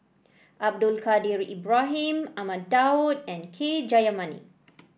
Abdul Kadir Ibrahim Ahmad Daud and K Jayamani